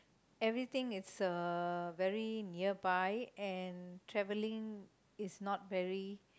everything is uh very nearby and travelling is not very